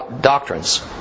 doctrines